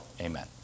Amen